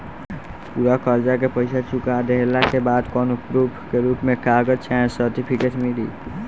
पूरा कर्जा के पईसा चुका देहला के बाद कौनो प्रूफ के रूप में कागज चाहे सर्टिफिकेट मिली?